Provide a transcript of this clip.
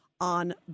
on